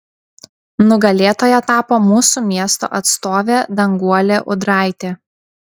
nugalėtoja tapo mūsų miesto atstovė danguolė ūdraitė